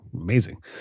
amazing